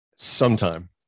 sometime